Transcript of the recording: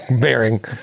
bearing